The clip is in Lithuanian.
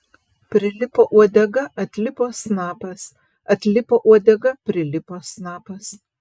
prilipo uodega atlipo snapas atlipo uodega prilipo snapas